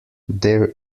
there